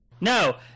No